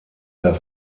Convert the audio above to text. der